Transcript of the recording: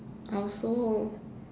I also